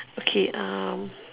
okay